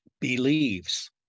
believes